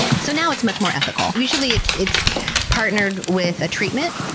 so now it's much more ethical. usually it's it's partnered with a treatment.